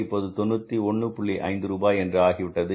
5 ரூபாய் என்று ஆகிவிட்டது